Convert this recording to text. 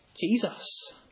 jesus